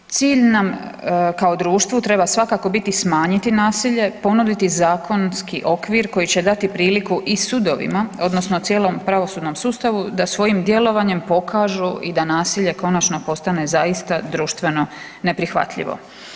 Cilj nam kao društvu treba svakako biti smanjiti nasilje, ponuditi zakonski okvir koji će dati priliku i sudovima odnosno cijelom pravosudnom sustavu da svojim djelovanjem pokažu i da nasilje konačno postane zaista društveno neprihvatljivo.